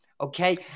Okay